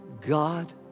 God